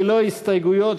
ללא ההסתייגויות,